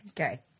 Okay